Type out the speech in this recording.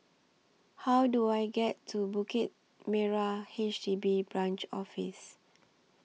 How Do I get to Bukit Merah H D B Branch Office